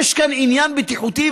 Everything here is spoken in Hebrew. יש כאן עניין בטיחותי.